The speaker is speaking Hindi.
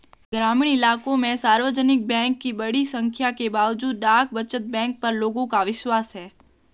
ग्रामीण इलाकों में सार्वजनिक बैंक की बड़ी संख्या के बावजूद डाक बचत बैंक पर लोगों का विश्वास है